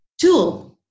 tool